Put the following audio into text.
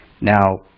Now